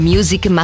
Music